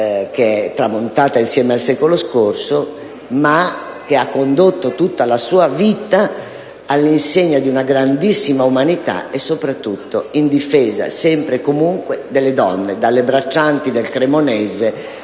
che è tramontata insieme al secolo scorso, ma ha condotto tutta la sua vita all'insegna di una grandissima umanità e soprattutto in difesa, sempre e comunque, delle donne: dalle braccianti del cremonese